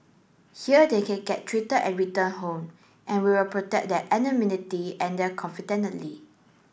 here they can get treated and return home and we will protect their anonymity and their